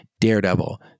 daredevil